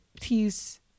please